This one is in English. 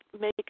make